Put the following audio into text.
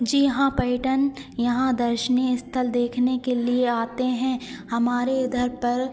जी हाँ पर्यटक यहाँ दर्शनीय अस्थल देखने के लिए आते हैं हमारे इधर पर